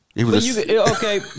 Okay